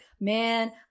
Man